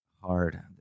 hard